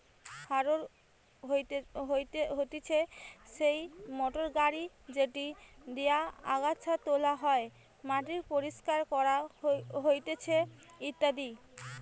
harrow হতিছে সেই motor গাড়ি যেটি দিয়া আগাছা তোলা হয়, মাটি পরিষ্কার করা হতিছে ইত্যাদি